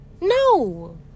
No